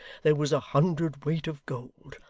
there was a hundred weight of gold.